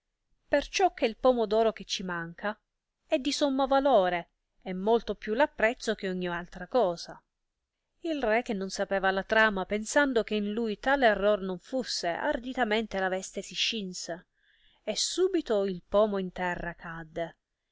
perciò che il pomo d oro che ci manca è di sommo valore e molto più apprezzo che ogni altra cosa il re che non sapeva la trama pensando che in lui tal error non fusse arditamente la veste si scinse e subito il pomo in terra cadde